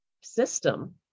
system